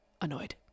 Annoyed